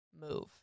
move